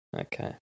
okay